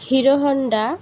Hero Honda